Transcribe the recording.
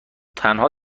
تنها